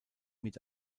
mit